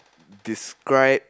describe